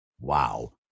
Wow